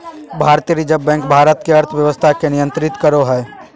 भारतीय reserve bank Bharat के अर्थव्यवस्था के नियन्त्रित करो हइ